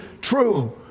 true